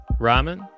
Ramen